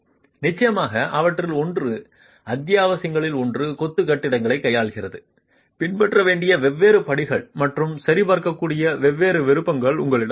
நிச்சயமாக அவற்றில் ஒன்று அத்தியாயங்களில் ஒன்று கொத்து கட்டிடங்களைக் கையாள்கிறது பின்பற்ற வேண்டிய வெவ்வேறு படிகள் மற்றும் சரி பார்க்கக்கூடிய வெவ்வேறு விருப்பங்கள் உங்களிடம் உள்ளன